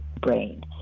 brain